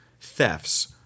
thefts